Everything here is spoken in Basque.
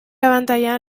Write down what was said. abantaila